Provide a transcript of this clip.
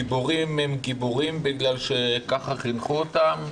גיבורים הם גיבורים בגלל שכך חינכו אותם,